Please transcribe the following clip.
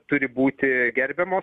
turi būti gerbiamos